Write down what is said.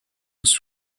was